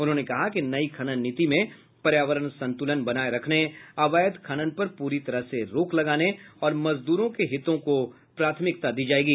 उन्होंने कहा कि नई खनन नीति में पर्यावरण संतुलन बनाये रखने अवैध खनन पर पुरी तरह से रोक और मजदूरों के हितों को प्राथमिकता दी जायेगी